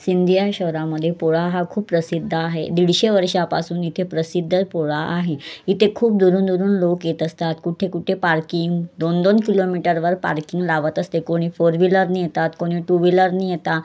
सिंधी या शहरामध्ये पोळा हा खूप प्रसिद्ध आहे दीडशे वर्षापासून इथे प्रसिद्ध पोळा आहे इथे खूप दुरून दुरून लोक येत असतात कुठे कुठे पार्किंग दोन दोन किलोमीटरवर पार्किंग लावत असते कोणी फोर व्हीलरनी येतात कोणी टू व्हीलरनी येतात